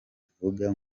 tuvuga